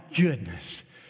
goodness